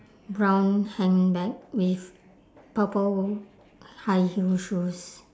brown hand bag with purple high heel shoes